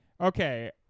Okay